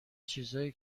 چیزایی